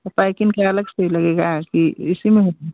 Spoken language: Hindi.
तो पैकिंग क्या अलग से लगेगा कि इसी में हो